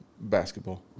Basketball